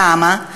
למה?